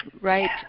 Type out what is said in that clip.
right